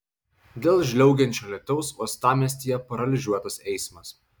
dėl žliaugiančio lietaus uostamiestyje paralyžiuotas eismas